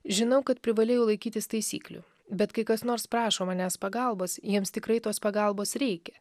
žinau kad privalėjau laikytis taisyklių bet kai kas nors prašo manęs pagalbos jiems tikrai tos pagalbos reikia